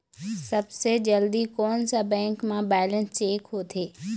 सबसे जल्दी कोन सा बैंक म बैलेंस चेक होथे?